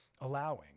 allowing